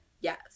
Yes